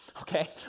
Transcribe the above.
okay